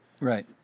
Right